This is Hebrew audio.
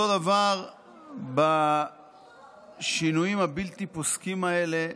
אותו דבר בשינויים הבלתי-פוסקים האלה.